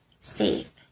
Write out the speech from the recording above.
safe